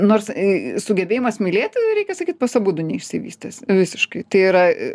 nors sugebėjimas mylėti reikia sakyt pas abudu neišsivystęs visiškai tai yra